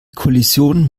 kollision